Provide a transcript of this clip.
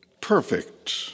perfect